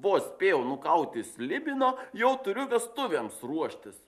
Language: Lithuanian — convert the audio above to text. vos spėjau nukauti slibiną jau turiu vestuvėms ruoštis